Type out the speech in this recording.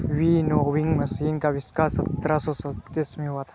winnowing machine का आविष्कार सत्रह सौ सैंतीस में हुआ था